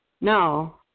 No